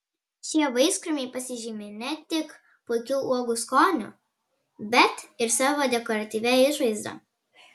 šie vaiskrūmiai pasižymi ne tik puikiu uogų skoniu bet ir savo dekoratyvia išvaizda